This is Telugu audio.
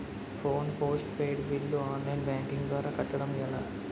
Phone postpaid bill online banking ద్వారా కట్టడం ఎలా?